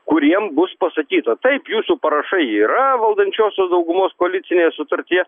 kuriem bus pasakyta taip jūsų parašai yra valdančiosios daugumos koalicinėje sutartyje